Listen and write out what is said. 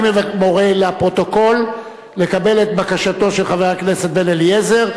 אני מורה לפרוטוקול לקבל את בקשתו של חבר הכנסת בן-אליעזר,